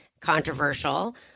controversial